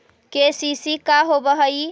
KCC का होव हइ?